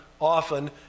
often